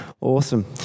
Awesome